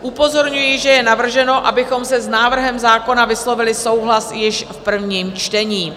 Upozorňuji, že je navrženo, abychom s návrhem zákona vyslovili souhlas již v prvním čtení.